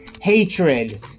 hatred